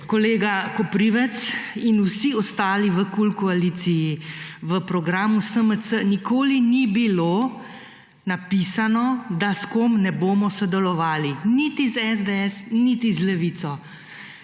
Kolega Koprivc in vsi ostali v »kul« koaliciji v programu SMC nikoli ni bilo napisano, da s kom ne bomo sodelovali niti z SDS niti z levico.